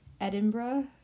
Edinburgh